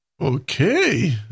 Okay